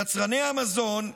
יצרני המזון,